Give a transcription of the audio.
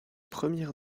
premières